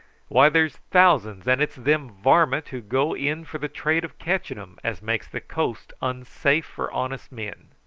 why, there's thousands and it's them varmint who go in for the trade of catching em as makes the coast unsafe for honest men.